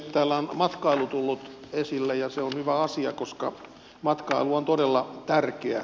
täällä on matkailu tullut esille ja se on hyvä asia koska matkailu on todella tärkeä